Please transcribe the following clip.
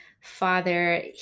father